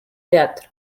teatro